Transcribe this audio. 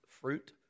fruit